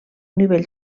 nivell